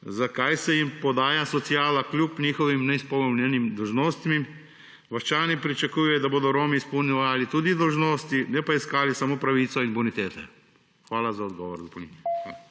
Zakaj se jim podaja sociala kljub njihovim neizpolnjenim dolžnostim? Vaščani pričakujejo, da bodo Romi izpolnjevali tudi dolžnosti, ne pa iskali samo pravice in bonitete. Hvala za dopolnilne